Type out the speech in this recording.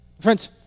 Friends